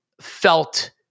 felt